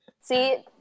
see